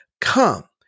come